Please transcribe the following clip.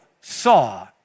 saw